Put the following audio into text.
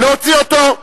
להוציא אותו.